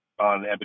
on